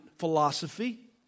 philosophy